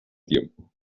tiempo